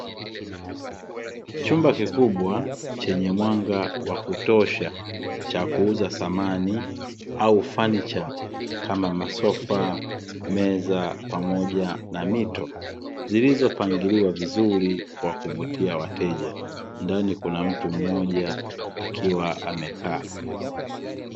Chumba kikubwa chenye mwanga wa kutosha cha kuuza samani au fanicha kama: masofa, meza pamoja na mito; zilizopangiliwa vizuri kwa kuvutia wateja. Ndani kuna mtu mmoja akiwa amekaa.